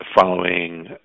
following